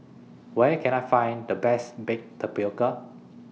Where Can I Find The Best Baked Tapioca